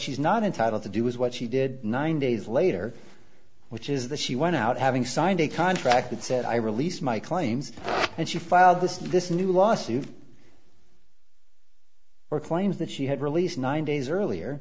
she's not entitled to do is what she did nine days later which is the she went out having signed a contract that said i released my claims and she filed the suit this new lawsuit or claims that she had released nine days earlier